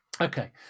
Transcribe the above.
Okay